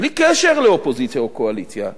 בלי קשר לאופוזיציה או קואליציה,